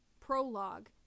prologue